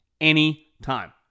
anytime